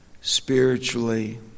spiritually